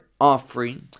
offering